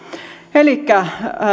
elikkä